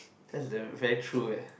that's damn very true eh